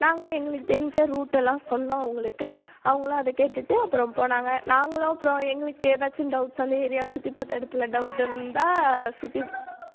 நாங்களே எங்களுக்கு தெரிஞ்ச ரூட்டெலாம் சொன்னோம் அவங்களுக்கு அவங்களும் அதை கேட்டுவிட்டு அப்புறம் போனாங்க நாங்களும் அப்புறம் எங்களுக்கு ஏதாச்சும் டவுட்ஸ் அந்த ஏரியாவை சுற்றி பார்த்த இடத்துல டவுட் இருந்தால் சுற்றி